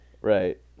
right